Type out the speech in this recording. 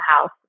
house